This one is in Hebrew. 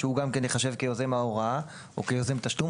שבו הוא גם ייחשב שיוזם ההוראה או כיוזם תשלום,